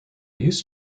used